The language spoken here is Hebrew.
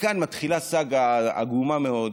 מכאן מתחילה סאגה עגומה מאוד,